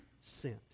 sent